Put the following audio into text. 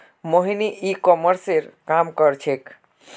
मोहिनी ई कॉमर्सेर काम कर छेक्